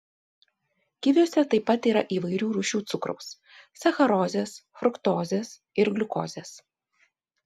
kiviuose taip pat yra įvairių rūšių cukraus sacharozės fruktozės ir gliukozės